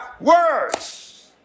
words